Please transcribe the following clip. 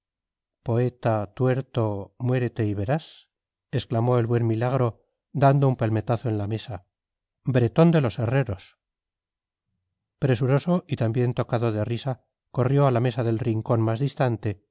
poeta tuerto muérete y verás exclamó el buen milagro dando un palmetazo en la mesa bretón de los herreros presuroso y también tocado de risa corrió a la mesa del rincón más distante